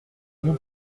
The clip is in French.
nous